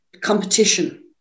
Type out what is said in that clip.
competition